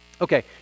Okay